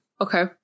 Okay